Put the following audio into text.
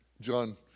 John